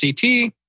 CT